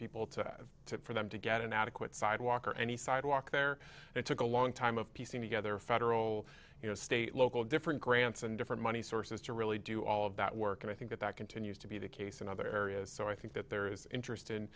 people to to for them to get an adequate sidewalk or any sidewalk there it took a long time of piecing together federal state local different grants and different money sources to really do all of that work and i think that that continues to be the case in other areas so i think that there is interest in